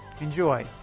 Enjoy